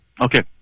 Okay